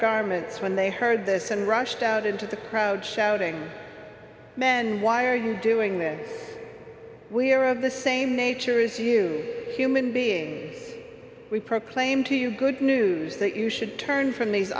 garments when they heard this and rushed out into the crowd shouting men why are you doing this we are of the same nature as you human beings we proclaim to you good news that you should turn from these